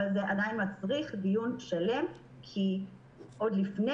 אבל זה עדיין מצריך דיון שלם כי עוד לפני